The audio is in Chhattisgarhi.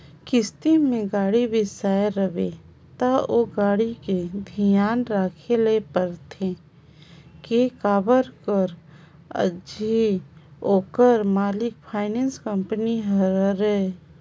किस्ती में गाड़ी बिसाए रिबे त ओ गाड़ी के धियान राखे ल परथे के काबर कर अझी ओखर मालिक फाइनेंस कंपनी हरय